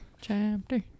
chapter